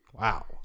Wow